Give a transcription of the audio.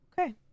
Okay